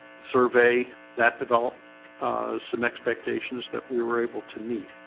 survey that developed some expectations that we were able to meet